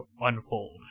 unfold